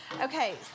Okay